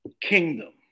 kingdom